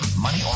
money